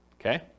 okay